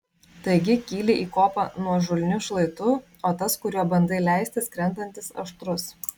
taigi kyli į kopą nuožulniu šlaitu o tas kuriuo bandai leistis krentantis aštrus